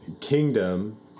kingdom